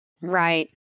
Right